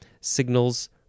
signals